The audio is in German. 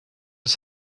ist